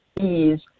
ease